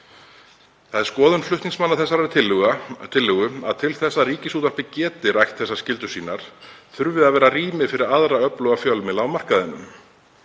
Það er skoðun flutningsmanna þessarar tillögu að til þess að Ríkisútvarpið geti rækt þessa skyldu þurfi að vera rými fyrir aðra öfluga fjölmiðla á markaðinum.